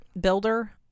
builder